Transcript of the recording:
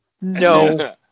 No